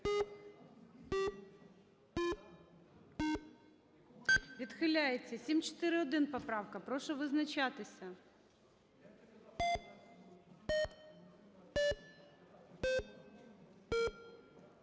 Відхиляється. 741 поправка. Прошу визначатися.